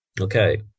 okay